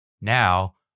Now